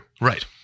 Right